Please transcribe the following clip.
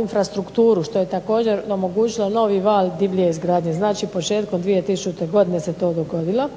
infrastrukturu što je također omogućilo novi val divlje izgradnje. Dakle, početkom 2000. godine se to dogodilo.